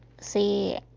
See